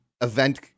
event